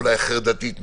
אולי חרדתית ממשהו.